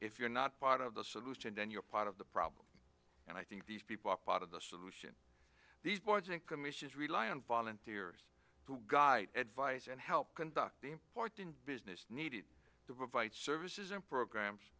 if you're not part of the solution then you're part of the problem and i think these people are part of the solution these boards and commissions rely on volunteers to guide advice and help conduct important business needed to provide services and programs